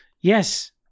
Yes